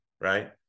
Right